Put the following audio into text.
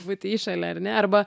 būti įšale ar ne arba